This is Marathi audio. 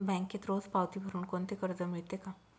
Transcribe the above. बँकेत रोज पावती भरुन कोणते कर्ज मिळते का?